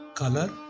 color